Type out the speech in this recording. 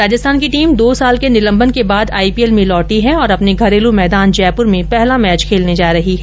राजस्थान की टीम दो साल के निलंबन के बाद आईपीएल में लौटी है और अपने घरेलू मैदान जयपुर में पहला मैच खेलने जा रही हैं